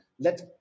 Let